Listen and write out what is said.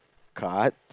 card